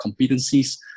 competencies